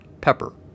Pepper